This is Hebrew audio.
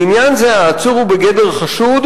לעניין הזה העצור הוא בגדר חשוד,